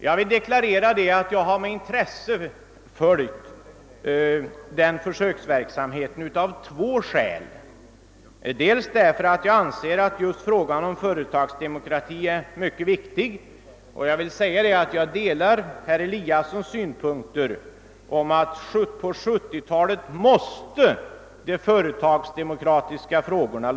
Jag vill deklarera att jag av två skäl med intresse har följt försöksverksamheten. För det första därför att jag anser att frågan om företagsdemokrati är mycket viktig. Jag delar herr Eliassons i Sundborn åsikt, att de företagsdemokratiska frågorna måste lösas under 1970-talet.